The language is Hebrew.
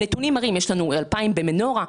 הנתונים מראים - יש לנו 2,000 במנורה,